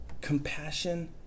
Compassion